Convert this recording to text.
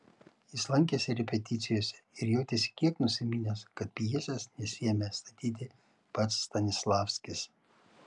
jis lankėsi repeticijose ir jautėsi kiek nusiminęs kad pjesės nesiėmė statyti pats stanislavskis